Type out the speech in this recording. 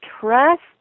trust